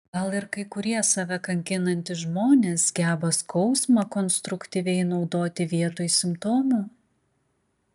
gal ir kai kurie save kankinantys žmonės geba skausmą konstruktyviai naudoti vietoj simptomų